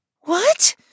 What